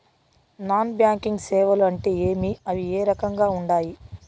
non banking సేవలు అంటే ఏమి అవి ఏ రకంగా ఉండాయి